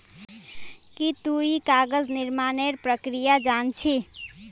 की तुई कागज निर्मानेर प्रक्रिया जान छि